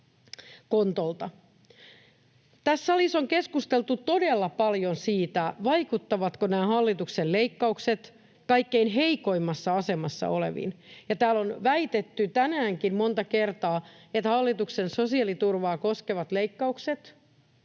Tässä salissa on keskusteltu todella paljon siitä, vaikuttavatko nämä hallituksen leikkaukset kaikkein heikoimmassa asemassa oleviin, ja täällä on väitetty tänäänkin monta kertaa, että hallituksen sosiaaliturvaa koskevat leikkaukset